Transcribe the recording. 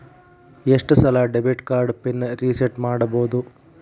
ಎಷ್ಟ ಸಲ debit card pin reset ಮಾಡಬೋದು